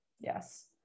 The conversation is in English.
Yes